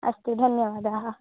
अस्तु धन्यवादाः